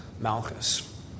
Malchus